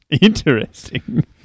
Interesting